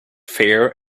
fair